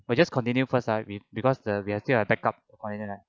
we just continue first ah because the we still have backup on internet